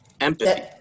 Empathy